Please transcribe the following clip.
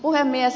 puhemies